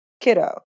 kiddo